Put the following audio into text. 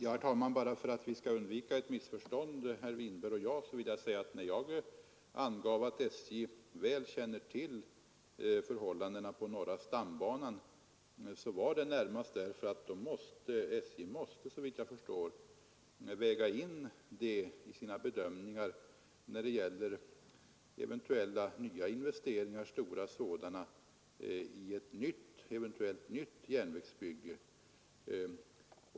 Herr talman! För att undvika ett missförstånd mellan herr Winberg och mig vill jag säga att jag angav att SJ väl känner till förhållandena på norra stambanan närmast därför att SJ såvitt jag förstår måste väga in dem vid sina bedömningar av eventuella nya stora investeringar i ett nytt järnvägsbygge.